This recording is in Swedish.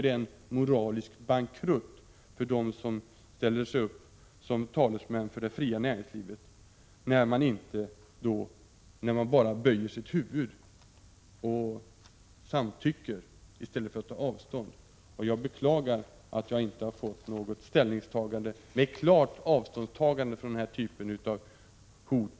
Det är en moralisk bankrutt för dem som ställer sig upp som talesmän för det fria näringslivet när man bara böjer sitt huvud och samtycker. Jag beklagar att jag från mina meddebattörer i denna debatt inte har fått höra ett klart avståndstagande från denna typ av hot.